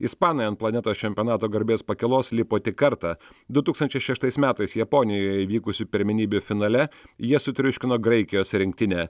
ispanai ant planetos čempionato garbės pakylos lipo tik kartą du tūkstančiai šeštais metais japonijoje vykusių pirmenybių finale jie sutriuškino graikijos rinktinę